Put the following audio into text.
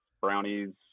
brownies